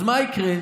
אז מה יקרה?